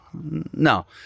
no